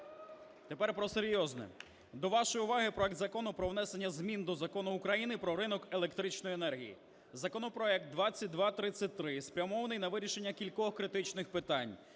тепер про серйозне. До вашої уваги проект Закону про внесення змін до Закону України "Про ринок електричної енергії". Законопроект 2233 спрямований на вирішення кількох критичних питань.